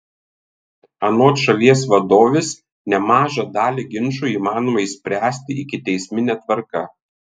anot šalies vadovės nemažą dalį ginčų įmanoma išspręsti ikiteismine tvarka